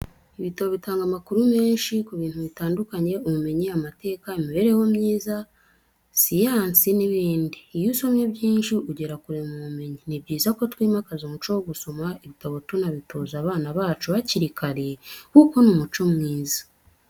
Ibitabo bitanga amakuru menshi ku bintu bitandukanye: ubumenyi, amateka, imibereho myiza, siyansi, n’ibindi. Iyo usomye byinshi, ugera kure mu bumenyi. Ni byiza ko twimakaza umuco wo gusoma ibitabo tunabitoza abana bacu hakiri kare kuko ni umuco mwiza.